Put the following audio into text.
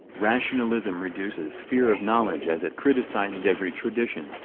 rationalism reduces sphere of knowledge as it criticizes every tradition,